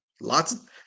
Lots